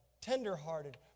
tender-hearted